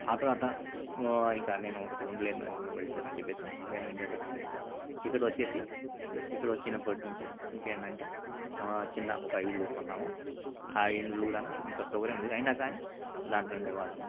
ఆ తరవాత ఇంకా నేను ఇక్కడ ఉండలేను నేను వెళ్ళిపోతానని చెప్పేసి నేను ఇండియాకి వచ్చేసాను ఇక్కడ వచ్చేసి ఇక్కడ వచ్చినప్పటినుంచి ఇంకేంటంటే చిన్న ఒక ఇల్లు కొన్నాము ఇండ్లు కూడాను అంత సౌకర్యం ఉండేది అయినా కానీ దాంట్లో ఉండే వాళ్ళము